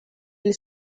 ils